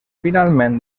finalment